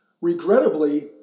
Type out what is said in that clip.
Regrettably